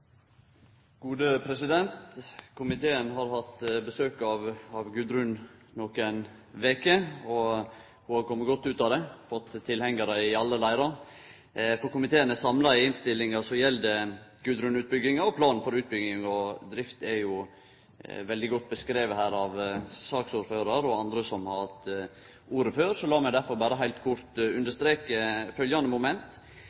gode, og hvordan vi ikke skal ramme miljø og sikkerhet, har Fremskrittspartiet svært lite å være stolt av. De bør gå stille i gangene. Komiteen har hatt besøk av Gudrun nokre veker, og ho har kome godt ut av det og fått tilhengarar i alle leirar. Komiteen er samla i innstillinga som gjeld Gudrun-utbygginga, og planen for utbygging og drift er veldig godt beskriven her av saksordføraren og andre som har hatt